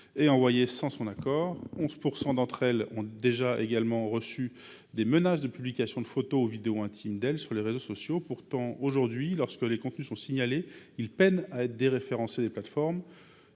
cette dernière. Par ailleurs, 11 % d’entre elles ont déjà reçu des menaces de publication de photos ou vidéos intimes d’elles sur les réseaux sociaux. Pourtant, aujourd’hui, lorsque les contenus sont signalés, ils peinent à être déréférencés par les plateformes.